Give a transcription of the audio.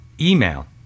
email